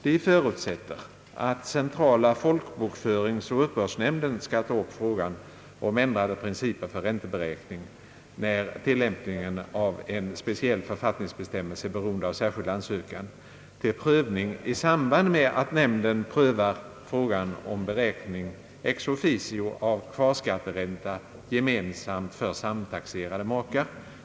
De förutsätter att centrala folkbokföringsoch uppbördsnämnden skall ta upp frågan om ändrade principer för ränteberäkning, när tillämpningen av en speciell författningsbestämmelse är beroende av särskild ansökan, till prövning i samband med att nämnden prövar frågan om beräkning ex officio av kvarskatteränta gemensamt för samtaxerande makar.